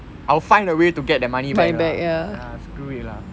I'll find a way to get the money back ah ya screw it lah